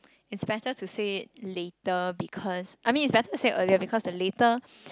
it's better to say it later because I mean it's better to say earlier because the later